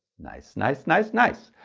nice, nice, nice, nice!